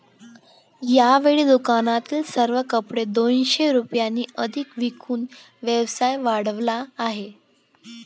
यावेळी दुकानातील सर्व कपडे दोनशे रुपयांनी अधिक विकून व्यवसाय वाढवला आहे